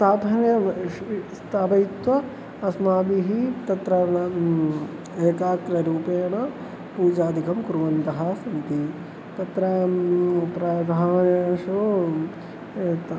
स्थापनं वशः स्थापयित्वा अस्माभिः तत्र एकाग्ररूपेण पूजादिकं कुर्वन्तः सन्ति तत्र प्रधानेषु यत्